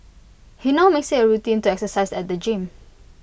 he now makes IT A routine to exercise at the gym